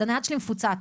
הנייד שלי מפוצץ,